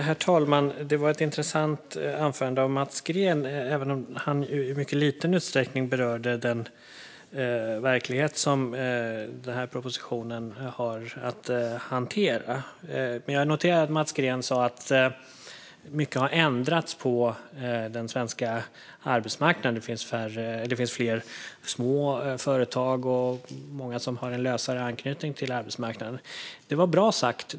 Herr talman! Det var ett intressant anförande av Mats Green, även om han i mycket liten utsträckning berörde den verklighet som propositionen har att hantera. Jag noterar att Mats Green sa att mycket har ändrats på den svenska arbetsmarknaden. Det finns fler små företag och många som har en lösare anknytning till arbetsmarknaden. Det var bra sagt.